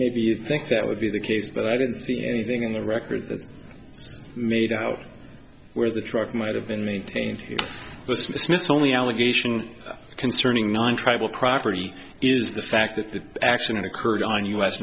they think that would be the case but i didn't see anything in the record that made out where the truck might have been maintained the smithsonian allegation concerning non tribal property is the fact that the action occurred on u